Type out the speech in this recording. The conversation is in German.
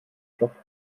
flockt